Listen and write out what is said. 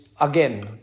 again